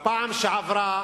בפעם שעברה